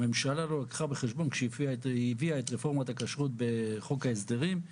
הממשלה לא לקחה בחשבון כשהיא הביאה את רפורמת הכשרות בחוק ההסדרים,